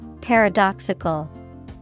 paradoxical